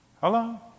Hello